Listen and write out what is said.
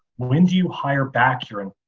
when do you hire back your and